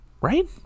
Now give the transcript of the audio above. Right